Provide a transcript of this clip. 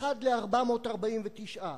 1 ל-449.